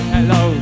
Hello